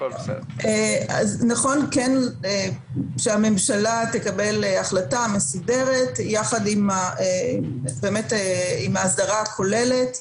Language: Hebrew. נכון שהממשלה תקבל החלטה מסודרת יחד עם ההסדרה הכוללת,